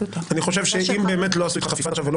אני חושב שאם באמת לא עשו איתך חפיפה עד עכשיו ולא